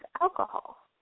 alcohol